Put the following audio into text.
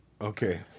Okay